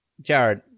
Jared